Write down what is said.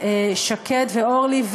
שקד ואורלי,